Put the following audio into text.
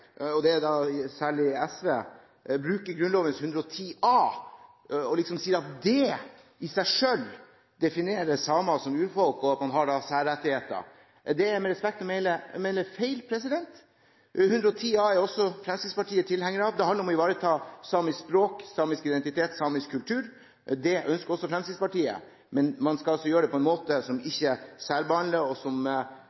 at man, og da særlig SV, bruker Grunnloven § 110a og sier at den i seg selv definerer samer som urfolk, og at de har særrettigheter. Det er med respekt å melde feil. Grunnloven § 110a er også Fremskrittspartiet tilhenger av. Det handler om å ivareta samisk språk, samisk identitet og samisk kultur. Det ønsker også Fremskrittspartiet. Men man skal altså gjøre det på en måte som